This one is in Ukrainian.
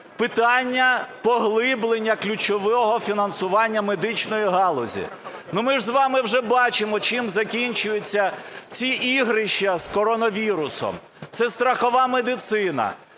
Питання поглиблення ключового фінансування медичної галузі. Ми ж з вами вже бачимо, чим закінчуються ці ігрища з коронавірусом. Це страхова медицина.